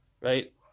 right